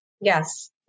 Yes